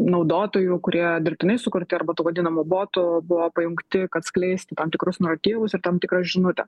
naudotojų kurie dirbtinai sukurti arba tų vadinamų botų buvo pajungti kad skleisti tam tikrus naratyvus ir tam tikrą žinutę